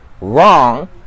wrong